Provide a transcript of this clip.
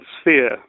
sphere